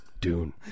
Dune